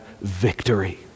victory